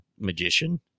magician